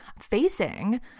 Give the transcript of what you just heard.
facing